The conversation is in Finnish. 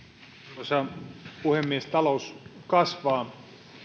arvoisa puhemies talous kasvaa